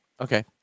Okay